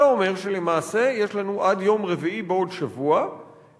זה אומר שלמעשה יש לנו עד יום רביעי בעוד שבוע אפשרות